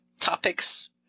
topics